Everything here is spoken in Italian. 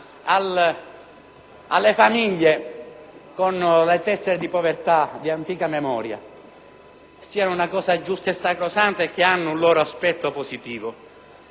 alle famiglie con le tessere di povertà di antica memoria sono una cosa giusta e sacrosanta, che hanno un aspetto positivo.